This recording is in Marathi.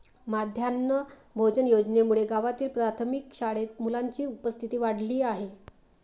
माध्यान्ह भोजन योजनेमुळे गावातील प्राथमिक शाळेत मुलांची उपस्थिती वाढली आहे